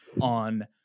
on